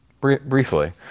briefly